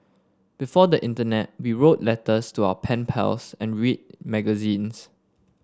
before the internet we wrote letters to our pen pals and read magazines